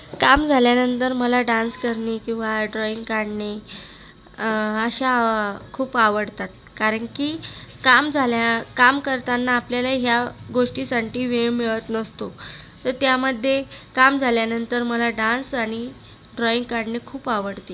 काम झाल्यानंतर मला डान्स करणे किंवा ड्रॉईंग काढणे अशा खूप आवडतात कारण की काम झाल्या काम करताना आपल्याला ह्या गोष्टीसाठी वेळ मिळत नसतो तर त्यामध्ये काम झाल्यानंतर मला डान्स आणि ड्रॉईंग काढणे खूप आवडते